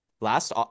Last